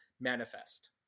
manifest